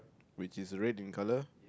which is red in colour